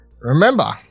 Remember